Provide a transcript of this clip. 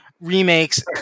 remakes